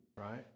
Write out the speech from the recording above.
right